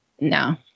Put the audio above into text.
No